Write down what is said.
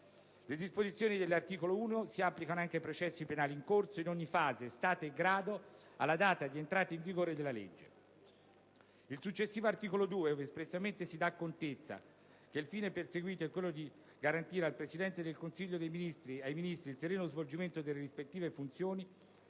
Le disposizioni dell'articolo 1 si applicano anche ai processi penali in corso, in ogni fase, stato o grado, alla data di entrata in vigore della legge. Il successivo articolo 2, ove espressamente si dà contezza che il fine perseguito è quello di consentire al Presidente del Consiglio e ai Ministri il sereno svolgimento delle rispettive funzioni,